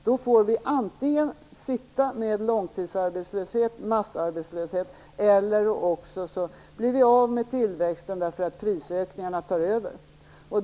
Då får vi antingen acceptera långtidsarbetslöshet och massarbetslöshet, eller också försvinner tillväxten därför att prisökningarna tar över.